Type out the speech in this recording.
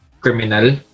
criminal